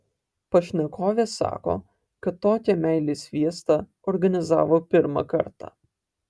pašnekovė sako kad tokią meilės fiestą organizavo pirmą kartą